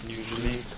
usually